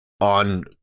on